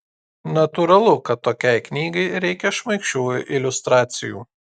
natūralu kad tokiai knygai reikia šmaikščių iliustracijų